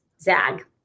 zag